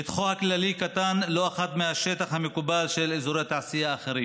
שטחו הכללי קטן לא אחת מהשטח המקובל של אזורי תעשייה אחרים.